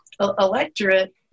electorate